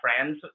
friends